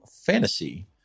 Fantasy